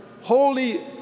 Holy